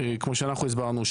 כמו שאנחנו הסברנו,